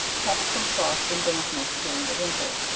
kept from frost and dampness during the winter,